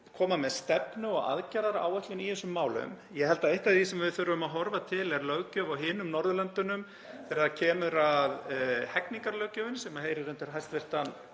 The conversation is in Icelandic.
koma með stefnu og aðgerðaáætlun í þessum málum. Ég held að eitt af því sem við þurfum að horfa til sé löggjöf á hinum Norðurlöndunum þegar kemur að hegningarlöggjöfinni, sem heyrir undir hæstv.